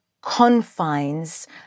confines